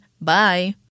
Bye